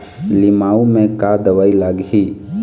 लिमाऊ मे का दवई लागिही?